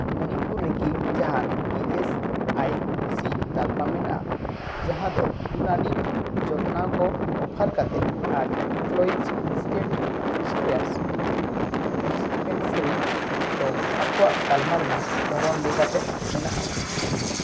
ᱢᱚᱱᱤᱯᱩᱨ ᱨᱮᱠᱤ ᱡᱟᱦᱟᱱ E S I C ᱛᱟᱞᱢᱟ ᱢᱮᱱᱟᱜᱼᱟ ᱡᱟᱦᱟᱸ ᱫᱚ ᱭᱩᱱᱟᱱᱤᱠ ᱡᱚᱛᱱᱟᱣ ᱠᱚ ᱚᱯᱷᱟᱨ ᱠᱟᱛᱮᱫ ᱟᱨ ᱤᱱᱯᱞᱚᱭᱤᱡᱽ ᱮᱥᱴᱮᱴ ᱤᱱᱥᱩᱨᱮᱱᱥ ᱰᱤᱥᱯᱮᱱᱥᱮᱨᱤ ᱫᱚ ᱟᱠᱚᱣᱟᱜ ᱛᱟᱞᱢᱟ ᱨᱮᱱᱟᱜ ᱫᱷᱚᱨᱚᱢ ᱞᱮᱠᱟᱛᱮ ᱢᱮᱱᱟᱜᱼᱟ